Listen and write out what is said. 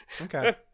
Okay